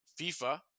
FIFA